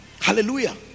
Hallelujah